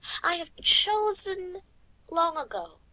i have chosen long ago.